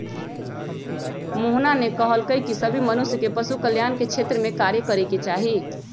मोहना ने कहल कई की सभी मनुष्य के पशु कल्याण के क्षेत्र में कार्य करे के चाहि